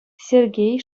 сергей